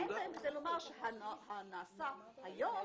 זה לומר שהנעשה היום,